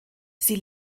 sie